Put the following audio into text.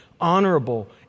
honorable